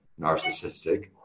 narcissistic